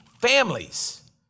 families